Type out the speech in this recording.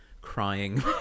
crying